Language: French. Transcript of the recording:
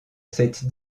cette